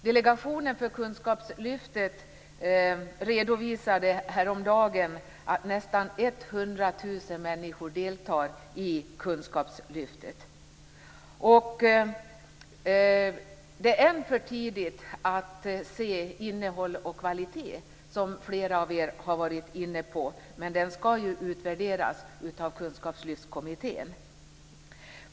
Delegationen för kunskapslyftet redovisade häromdagen att nästan 100 000 människor deltar i kunskapslyftet. Ännu är det för tidigt att se innehåll och kvalitet, som flera varit inne på, men det skall utvärderas av Kunskapslyftskommittén.